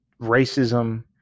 racism